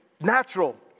natural